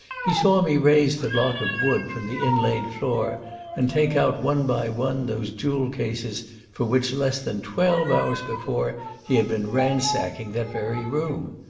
he saw me raise the block of wood from the inlaid floor and take out one by one those jewel cases for which less than twelve hours before he had been ransacking that very room.